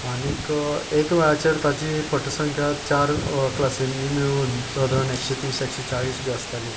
आनीक एक वेळाचेर ताची पट संख्या चार क्लासिंनी मेळून सादारण एकशें तीसएकशें चाळीस बी आसताली